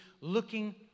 Looking